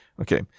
okay